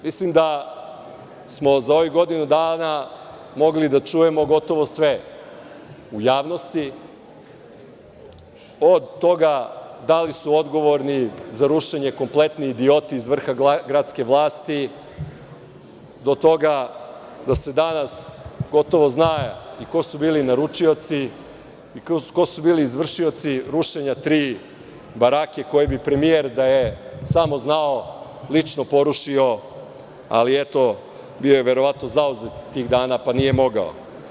Mislim, da smo za ovih godinu dana mogli da čujemo gotovo sve u javnosti, od toga da li su odgovorni za rušenje kompletni idioti iz vrha gradske vlasti, do toga da se danas gotovo zna i ko su bili naručioci i ko su bili izvršioci rušenja tri barake koje bi premijer da je samo znao lično porušio, ali eto, bio je verovatno zauzet tih dana, pa, nije mogao.